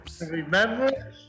remember